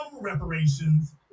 reparations